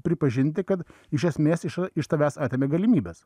pripažinti kad iš esmės iš iš tavęs atėmė galimybes